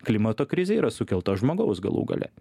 klimato krizė yra sukelta žmogaus galų gale